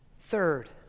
Third